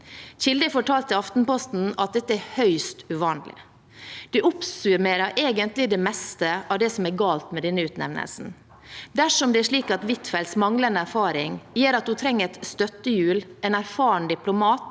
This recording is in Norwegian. har fortalt til Aftenposten at dette er høyst uvanlig. Det oppsummerer egentlig det meste av det som er galt med denne utnevnelsen. Dersom det er slik at Huitfeldts manglende erfaring gjør at hun trenger et støttehjul, en erfaren diplomat,